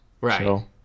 Right